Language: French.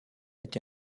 été